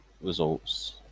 results